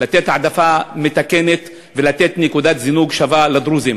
לתת העדפה מתקנת ונקודת זינוק שווה לדרוזים.